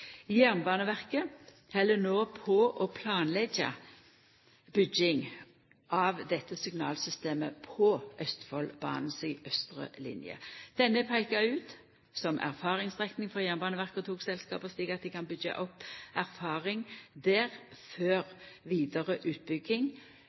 Jernbaneverket held no på å planleggja bygging av dette signalsystemet på Østfoldbanens austre linje. Denne er peika ut som erfaringsstrekning for Jernbaneverket og togselskapa, slik at dei kan byggja opp erfaring der før